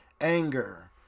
Anger